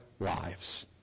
lives